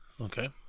Okay